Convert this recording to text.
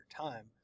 time